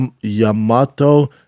Yamato